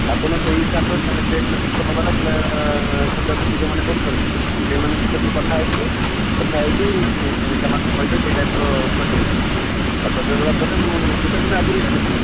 ଆପଣ ସେଇ ହିସାବରେ ଯେକୌଣସି ଫୁଲବାଲା କିମ୍ବା ସଜାସଜି ଯୋଉମାନେ କରୁଛନ୍ତି ସେଇମାନଙ୍କ ସହିତ ଟିକିଏ କଥା ହେଇଯିବେ କଥା ହେଇକି ସେମାନଙ୍କୁ କହିବେ ସେଇ ଟାଇପ୍ ର ସଜେଇ ଦେବେ ଆଉ ସଜେଇ ଦେଲା ପରେ ମୁଁ ଗୋଟେ ଦିନ ଆଗରୁ ଏଇଟା କରିବେ